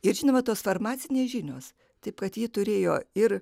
ir žinoma tos farmacinės žinios taip kad ji turėjo ir